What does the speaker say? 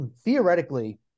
theoretically